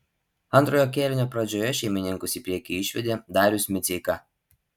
antrojo kėlinio pradžioje šeimininkus į priekį išvedė darius miceika